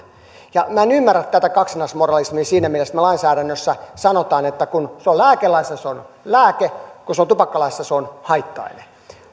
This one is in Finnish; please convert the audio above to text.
minä en ymmärrä tätä kaksinaismoralismia siinä mielessä että me lainsäädännössä sanomme että kun se on lääkelaissa se on lääke mutta kun se on tupakkalaissa se on haitta aine